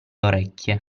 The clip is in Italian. orecchie